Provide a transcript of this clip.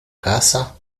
casa